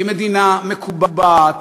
היא מדינה מקובעת,